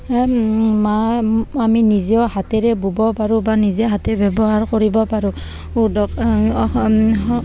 মা আমি নিজেও হাতেৰে ব'ব পাৰোঁ বা নিজে হাতে ব্যৱহাৰ কৰিব পাৰোঁ